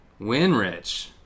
Winrich